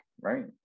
Right